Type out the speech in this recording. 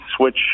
switch